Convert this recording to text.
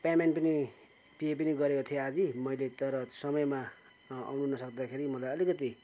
payment पनि pay पनि गरेको थिए आधा मैले तर समयमा आउनु नसक्दाखेरि मलाई अलिकति